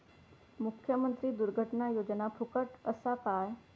मुख्यमंत्री दुर्घटना योजना फुकट असा काय?